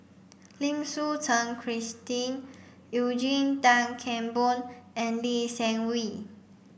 Lim Suchen Christine Eugene Tan Kheng Boon and Lee Seng Wee